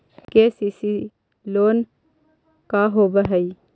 KCC loan का होब हइ?